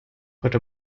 heute